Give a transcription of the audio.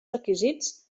requisits